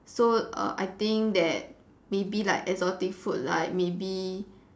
so uh I think that maybe like exotic food like maybe